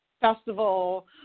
festival